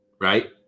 right